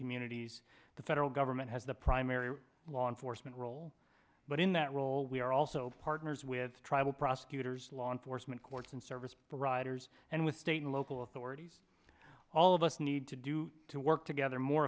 communities the federal government has the primary law enforcement role but in that role we are also partners with tribal prosecutors law enforcement courts and service providers and with state and local authorities all of us need to do to work together more